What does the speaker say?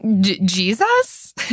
Jesus